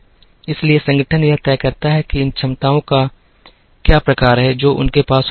इसलिए संगठन यह तय करता है कि इन क्षमताओं का क्या प्रकार है जो उनके पास होने वाला है